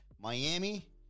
Miami